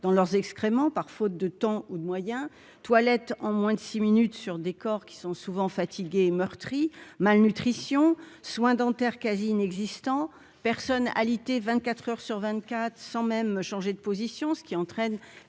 dans leurs excréments par faute de temps ou de moyens toilettes en moins de 6 minutes sur des corps qui sont souvent fatigués et meurtris, malnutrition, soins dentaires quasi inexistant personnes alitées 24 heures sur vingt-quatre sans même changer de position, ce qui entraîne